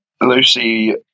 Lucy